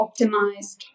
optimized